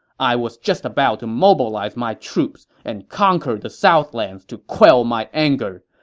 i was just about to mobilize my troops and conquer the southlands to quell my anger.